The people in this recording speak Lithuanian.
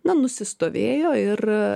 na nusistovėjo ir